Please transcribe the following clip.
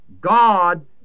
God